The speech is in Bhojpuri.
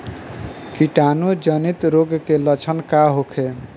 कीटाणु जनित रोग के लक्षण का होखे?